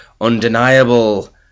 undeniable